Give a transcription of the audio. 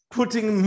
putting